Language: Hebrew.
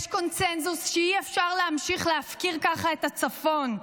יש קונסנזוס שאי-אפשר להמשיך להפקיר ככה את הצפון,